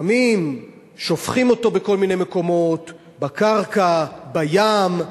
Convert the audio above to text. לפעמים שופכים אותו בכל מיני מקומות, בקרקע, בים,